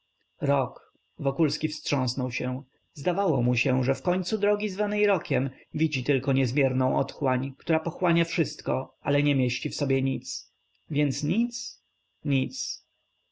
rok wokulski wstrząsnął się zdawało mu się że w końcu drogi nazwanej rokiem widzi tylko niezmierną otchłań która pochłania wszystko ale nie mieści w sobie nic więc nic nic